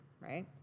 right